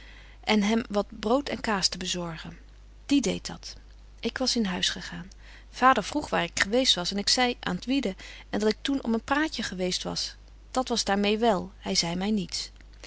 en hem wat brood en kaas te bezorgen die deedt dat ik was in huis gegaan vader vroeg waar ik geweest was ik zei aan t wieden en dat ik toen om een praatje geweest was dat was daar meê wel hy zei my niets